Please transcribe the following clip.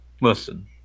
listen